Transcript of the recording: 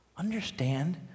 Understand